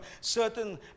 certain